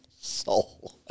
soul